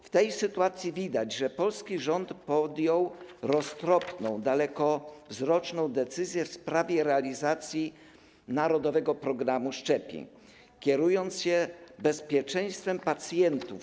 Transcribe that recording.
W tej sytuacji widać, że polski rząd podjął roztropną, dalekowzroczną decyzję w sprawie realizacji narodowego programu szczepień, kierując się bezpieczeństwem pacjentów.